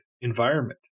environment